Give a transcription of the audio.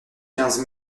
quinze